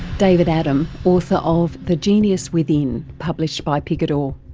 david adam, author of the genius within, published by picador.